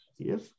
Yes